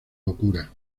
locura